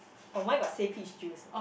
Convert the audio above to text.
oh mine got say peach juice eh